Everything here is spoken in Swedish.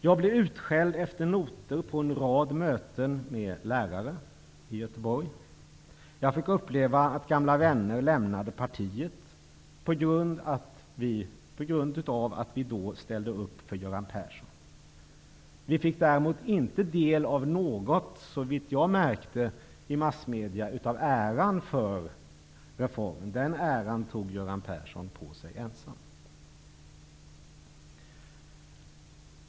Jag blev utskälld efter noter på en rad möten med lärare i Göteborg. Jag fick uppleva att gamla vänner lämnade partiet på grund av att Vänsterpartiet hade ställt upp för Göran Persson. Vi fick däremot -- såvitt jag kunde märka -- av massmedia inte del av äran för reformen. Den äran tog Göran Persson på sig ensam.